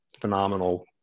phenomenal